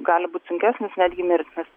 gali būt sunkesnis netgi mirtinas